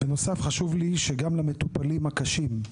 בנוסף, חשוב לי שגם למטופלים הקשים,